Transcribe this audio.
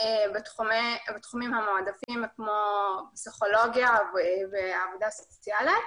ובתחומים המועדפים כמו פסיכולוגיה ועבודה סוציאלית.